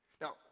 Now